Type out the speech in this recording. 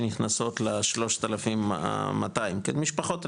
שנכנסות ל- 3,200 משפחות רגילות,